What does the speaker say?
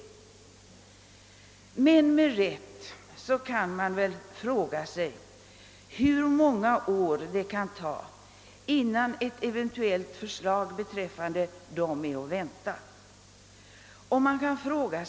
Med rätta kan man fråga sig, hur många år det kan ta innan ett eventuellt förslag beträffande dessa änkor är att vänta.